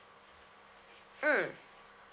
mm